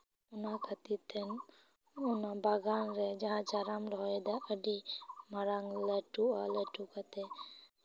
ᱚᱱᱟ ᱠᱷᱟᱹᱛᱤᱨ ᱛᱮ ᱚᱱᱟ ᱵᱟᱜᱟᱱ ᱨᱮ ᱡᱟᱦᱟᱸ ᱪᱟᱨᱟᱢ ᱨᱚᱦᱚᱭᱫᱟ ᱟᱹᱰᱤ ᱢᱟᱨᱟᱝ ᱞᱟᱹᱴᱩᱜᱼᱟ ᱞᱟᱹᱴᱩ ᱠᱟᱛᱮ